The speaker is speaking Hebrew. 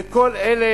לכל אלה